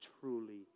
truly